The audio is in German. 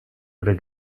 oder